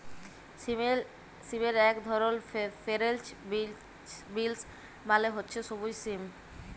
সিমের ইক ধরল ফেরেল্চ বিলস মালে হছে সব্যুজ সিম